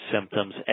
symptoms